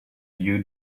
you